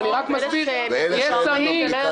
אבל אני יודע שכשהם חותמים על מסמך -- אז יש לנו מנוף לחץ,